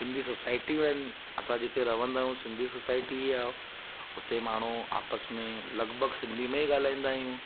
सिंधी सोसायटियूं आहिनि असां जिते रहंदा आहियूं सिंधी सोसायटी ई आहे उते माण्हू आपस में लॻभॻि सिंधी में ई ॻाल्हाईंदा आहियूं